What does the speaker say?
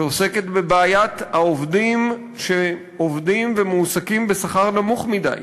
שעוסקת בבעיית העובדים שעובדים ומועסקים בשכר נמוך מדי,